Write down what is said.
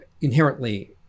inherently